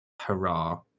hurrah